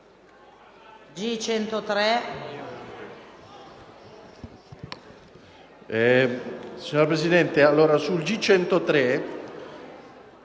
G102.